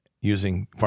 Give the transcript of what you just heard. using